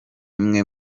imwe